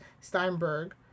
Steinberg